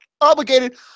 obligated